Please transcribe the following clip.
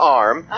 arm